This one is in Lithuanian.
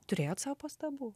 turėjot sau pastabų